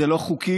זה לא חוקי,